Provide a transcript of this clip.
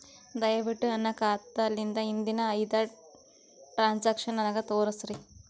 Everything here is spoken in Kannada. ದಯವಿಟ್ಟು ನನ್ನ ಖಾತಾಲಿಂದ ಹಿಂದಿನ ಐದ ಟ್ರಾಂಜಾಕ್ಷನ್ ನನಗ ತೋರಸ್ರಿ